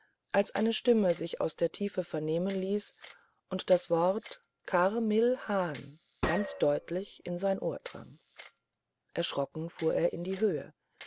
als eine stimme sich aus der tiefe vernehmen ließ und das wort car mil han ganz deutlich in sein ohr drang erschrocken fuhr er in die höhe